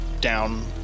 down